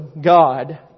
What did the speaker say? God